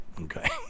Okay